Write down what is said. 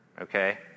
okay